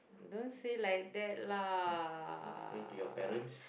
don't say like that lah